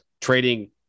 trading